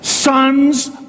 sons